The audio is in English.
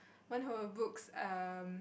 one whole books um